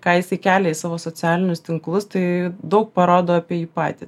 ką jisai kelia į savo socialinius tinklus tai daug parodo apie jį patį